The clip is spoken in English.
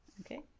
Okay